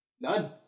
None